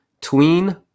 tween